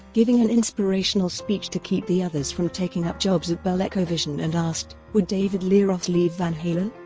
giving an inspirational speech to keep the others from taking up jobs at bellecovision and asked, would david lee roth leave van halen?